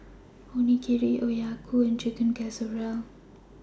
Onigiri Okayu and Chicken Casserole